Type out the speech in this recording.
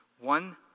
One